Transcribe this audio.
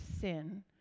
sin